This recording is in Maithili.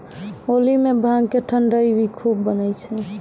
होली मॅ भांग के ठंडई भी खूब बनै छै